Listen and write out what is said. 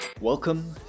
Welcome